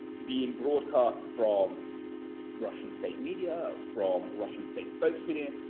being broadcast from russian state media, from russian state spokesmedia,